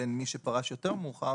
בין מי שפרש יותר מאוחר,